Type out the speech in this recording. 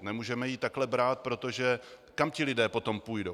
Nemůžeme ji takhle brát, protože kam ti lidé potom půjdou?